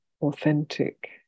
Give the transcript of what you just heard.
authentic